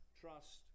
trust